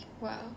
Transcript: Wow